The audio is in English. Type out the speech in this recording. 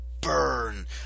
Burn